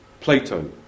Plato